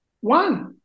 one